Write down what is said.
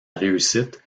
réussite